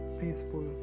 peaceful